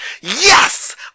Yes